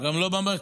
גם לא במרכז,